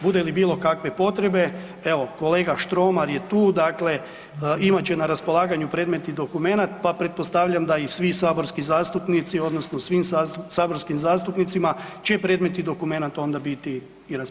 Bude li bilo kakve potrebe, evo kolega Štromar je tu, dakle imat će na raspolaganju predmetni dokumenat pa pretpostavljam da i svi saborski zastupnici odnosno svim saborskim zastupnicima će predmeti dokumenta onda biti i raspoloživi.